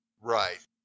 Right